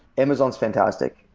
amazon is fantastic.